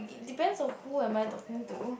depends on who am I talking to